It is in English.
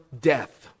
death